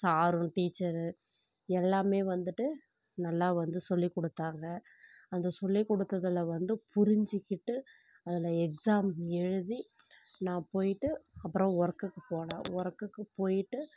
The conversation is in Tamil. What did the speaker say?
சாரும் டீச்சரு எல்லாருமே வந்துட்டு நல்லா வந்து சொல்லிக் கொடுத்தாங்க அந்த சொல்லிக் கொடுக்கிறதுல வந்து புரிஞ்சுக்கிட்டு அதில் எக்ஸாம் எழுதி நான் போயிட்டு அப்புறம் ஒர்குக்கு போனேன் ஒர்குக்கு போயிட்டு